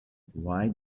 why